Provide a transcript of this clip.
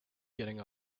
getting